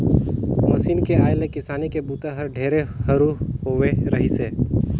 machine के आए ले किसानी के बूता हर ढेरे हरू होवे रहीस हे